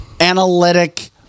analytic